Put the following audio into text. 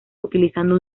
utilizando